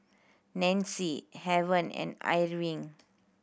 Nancy Heaven and Irving